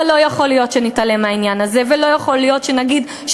אבל לא יכול להיות שנתעלם מהעניין הזה.